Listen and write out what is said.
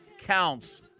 counts